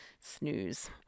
snooze